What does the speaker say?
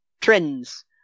trends